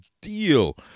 deal